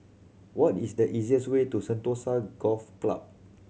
what is the easiest way to Sentosa Golf Club